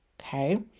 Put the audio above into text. Okay